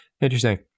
Interesting